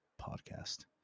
podcast